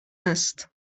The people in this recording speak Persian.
است